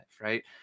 right